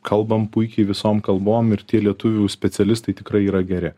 kalbam puikiai visom kalbom ir tie lietuvių specialistai tikrai yra geri